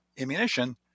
ammunition